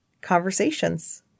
conversations